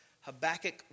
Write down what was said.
Habakkuk